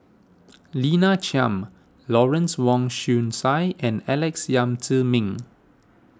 Lina Chiam Lawrence Wong Shyun Tsai and Alex Yam Ziming